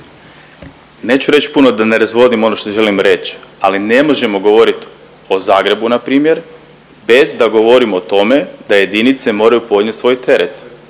Neću reći puno da ne razvodnim ono što želim reć, ali ne možemo govorit o Zagrebu, npr. bez da govorimo o tome da jedinice moraju podnijeti svoj teret.